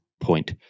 point